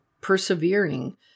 persevering